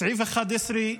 סעיף 11,